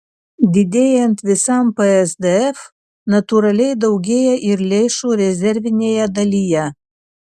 didėjant visam psdf natūraliai daugėja ir lėšų rezervinėje dalyje